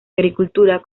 agricultura